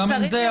גם עם זה,